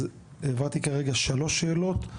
אז העברתי שלוש שאלות,